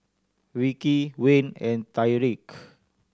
Ricki Wayne and Tyrique